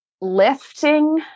lifting